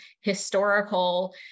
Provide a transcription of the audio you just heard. historical